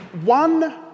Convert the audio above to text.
one